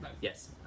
Yes